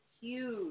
huge